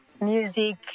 music